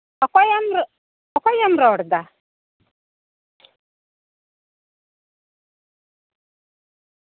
ᱚᱠᱚᱭᱮᱢ ᱨᱚᱲ ᱚᱠᱚᱭᱮᱢ ᱨᱚᱲᱫᱟ